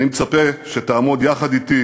אני מצפה שתעמוד יחד אתי